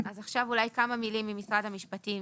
אז עכשיו אולי כמה מילים ממשרד המשפטים,